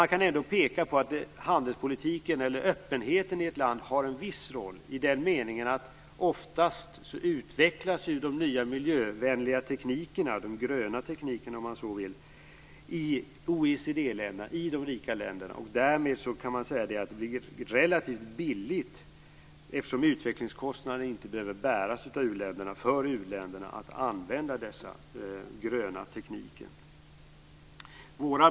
Man kan ändå peka på att öppenheten i ett land har en viss roll, i den meningen att de nya miljövänliga teknikerna - om man så vill uttrycka det de gröna teknikerna - oftast utvecklas i OECD-länderna eller de rika länderna. Man kan därmed säga att det blir relativt billigt för u-länderna att använda dessa gröna tekniker, eftersom utvecklingskostnaderna inte behöver bäras av dessa länder.